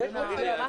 --- רגע,